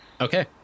Okay